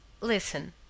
Listen